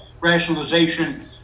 rationalization